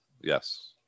Yes